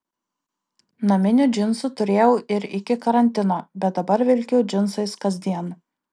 naminių džinsų turėjau ir iki karantino bet dabar vilkiu džinsais kasdien